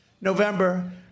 November